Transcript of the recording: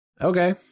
Okay